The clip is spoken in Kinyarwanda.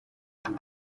ubu